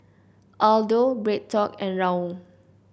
Aldo BreadTalk and Raoul